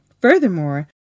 Furthermore